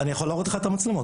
אני יכול להראות לך את המצלמות.